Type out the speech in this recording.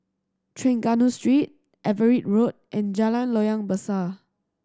Trengganu Street Everitt Road and Jalan Loyang Besar